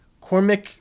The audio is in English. Cormac